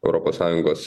europos sąjungos